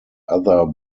other